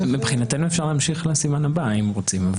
מבחינתנו אפשר להמשיך לסימן הבא אם רוצים.